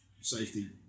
safety